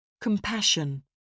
Compassion